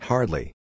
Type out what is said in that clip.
Hardly